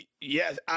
Yes